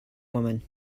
woman